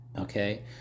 Okay